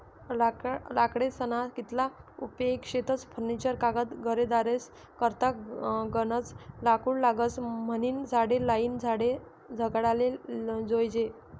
लाकडेस्ना कितला उपेग शेतस फर्निचर कागद घरेदारेस करता गनज लाकूड लागस म्हनीन झाडे लायीन झाडे जगाडाले जोयजे